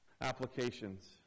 Applications